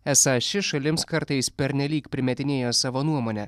esą ši šalims kartais pernelyg primetinėja savo nuomonę